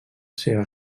seva